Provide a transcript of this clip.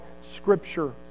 Scripture